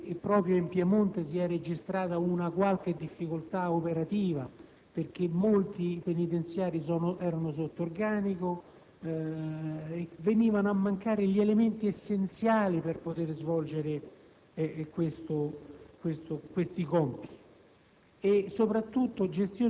al Piemonte; proprio in Piemonte si è registrata una qualche difficoltà operativa, perché molti penitenziari erano sotto organico e venivano a mancare gli elementi essenziali per poter svolgere questi compiti,